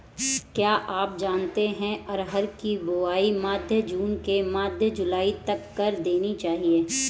क्या आप जानते है अरहर की बोआई मध्य जून से मध्य जुलाई तक कर देनी चाहिये?